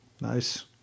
Nice